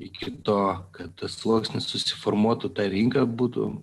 iki to kad tas sluoksnis susiformuotų ta rinka būtų